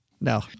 No